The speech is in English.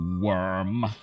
worm